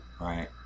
Right